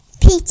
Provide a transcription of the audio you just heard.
peach